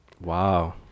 wow